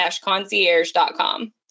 concierge.com